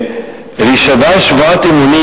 ולהישבע שבועת אמונים,